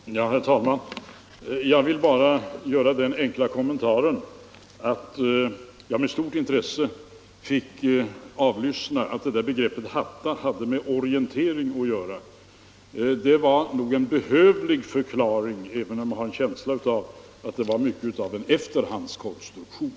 Herr talman! Jag vill bara göra den enkla kommentaren att jag här med stort intresse tog del av upplysningen att begreppet hatta hade med orientering att göra. Det var nog en behövlig förklaring — även om jag har en känsla av att det var mycket av en efterhandskonstruktion.